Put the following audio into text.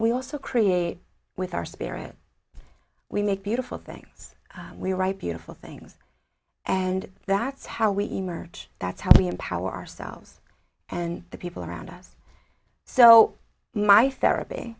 we also create with our spirit we make beautiful things we write beautiful things and that's how we emerge that's how we empower ourselves and the people around us so my